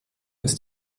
ist